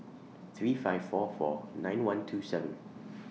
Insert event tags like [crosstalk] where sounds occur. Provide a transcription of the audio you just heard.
three five four four nine one two seven [noise]